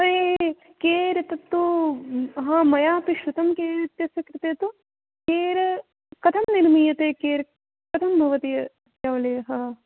अरे केर् एतत्तु हा मयापि श्रुतं केर् इत्यस्य कृते तु केर् कथं निर्मीयते केर् कथं भवति अवलेहः